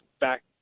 back